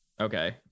Okay